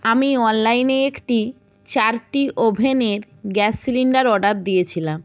আমি অনলাইনে একটি চারটি ওভেনের গ্যাস সিলিণ্ডার অর্ডার দিয়েছিলাম